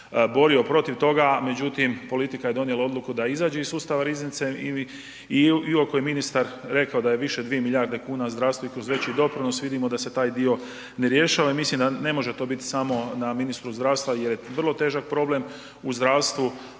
borio protiv toga. Međutim politika je donijela odluku da iziđe iz sustava riznice i iako je ministar rekao da je više 2 milijarde kuna zdravstvu i kroz veći doprinos vidimo da se taj dio ne rješava. I mislim da ne može to biti samo na ministru zdravstva jer je vrlo težak problem u zdravstvu